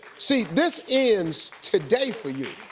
see this ends today for you.